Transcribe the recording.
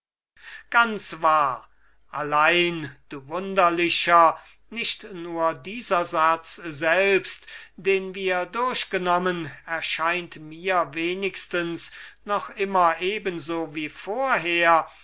sehr wahr allein du wunderlicher nicht nur dieser satz selbst den wir durchgenommen erscheint mir wenigstens noch immer ebenso wie vorher